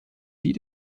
die